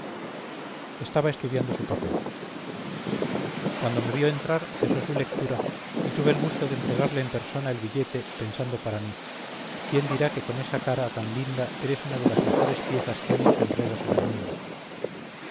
estaba estudiando su papel cuando me vio entrar cesó su lectura y tuve el gusto de entregarle en persona el billete pensando para mí quién dirá que con esa cara tan linda eres una de las mejores piezas que han hecho enredos en el mundo